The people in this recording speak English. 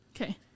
Okay